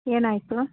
ಏನಾಯಿತು